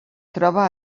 troba